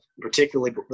particularly